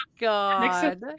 god